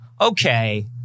Okay